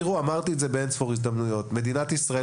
אמרתי באין ספור הזדמנויות שמדינת ישראל